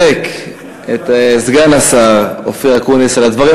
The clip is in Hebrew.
אני מבקש לחזק את סגן השר אופיר אקוניס על הדברים